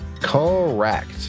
Correct